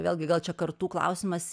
vėlgi gal čia kartų klausimas